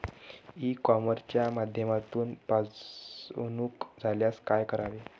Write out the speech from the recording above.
E कॉमर्सच्या माध्यमातून फसवणूक झाल्यास काय करावे?